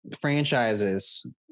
franchises